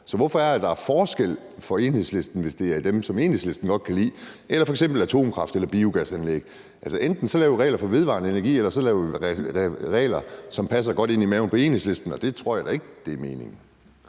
Så hvorfor gør det en forskel for Enhedslisten, om det er de anlæg, som Enhedslisten godt kan lide, eller f.eks. atomkraftværker eller biogasanlæg? Altså, enten laver vi regler for vedvarende energi, eller også laver vi regler, som passer med Enhedslistens mavefornemmelse, og det tror jeg da ikke er meningen.